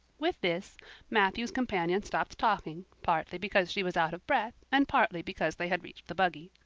with this matthew's companion stopped talking, partly because she was out of breath and partly because they had reached the buggy.